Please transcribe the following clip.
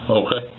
okay